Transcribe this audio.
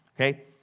okay